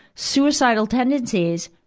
suicidal tendencies.